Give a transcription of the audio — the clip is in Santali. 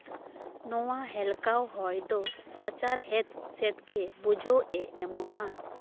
ᱱᱚᱣᱟ ᱦᱮᱞᱠᱟᱣ ᱦᱚᱭ ᱫᱚ ᱥᱟᱪᱟᱨᱦᱮᱫ ᱥᱮᱫ ᱜᱮ ᱵᱩᱡᱷᱟᱹᱣᱮ ᱮᱢᱚᱜᱼᱟ